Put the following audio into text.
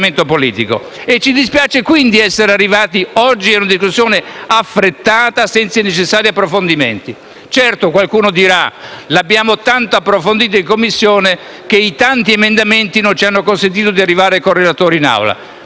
Ci dispiace, quindi, essere arrivati oggi a una discussione affrettata senza i necessari approfondimenti. Certo, qualcuno dirà che l'abbiamo tanto approfondito in Commissione, che i tanti emendamenti non ci hanno consentito di arrivare con il relatore in Aula;